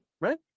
right